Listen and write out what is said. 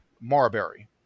Marbury